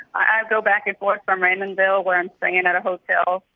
i go back and forth from raymondville, where i'm staying and at a hotel.